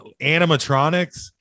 animatronics